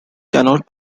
cannot